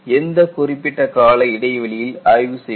எந்த குறிப்பிட்ட கால இடைவெளியில் ஆய்வு செய்வது